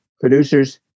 producers